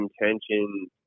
intention